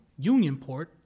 Unionport